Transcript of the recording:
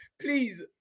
please